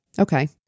Okay